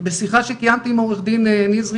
להגביר את כוח האדם בנושא הזה של ייעוץ